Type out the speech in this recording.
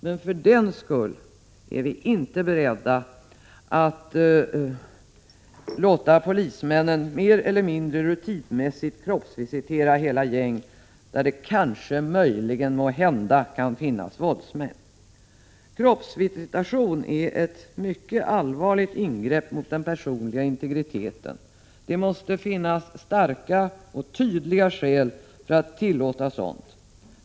Men för den skull är vi inte beredda att låta polismännen mer eller mindre rutinmässigt kroppsvisitera hela gäng där det kanske möjligen måhända kan finnas våldsmän. Kroppsvisitation är ett mycket allvarligt ingrepp mot den personliga integriteten. Det måste finnas starka och tydliga skäl för att tillåta sådant.